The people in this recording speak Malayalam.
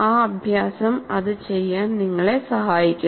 ആ അഭ്യാസം അത് ചെയ്യാൻ നിങ്ങളെ സഹായിക്കും